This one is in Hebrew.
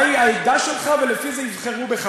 מהי העדה שלך, ולפי זה יבחרו בך.